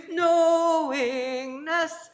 knowingness